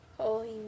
Holy